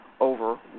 over